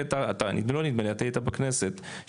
אתה היית בכנסת,